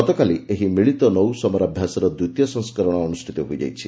ଗତକାଲି ଏହି ମିଳିତ ନୌ ସମରାଭ୍ୟାସର ଦ୍ୱିତୀୟ ସଂସ୍କରଣ ଅନ୍ଦୁଷ୍ଠିତ ହୋଇଯାଇଛି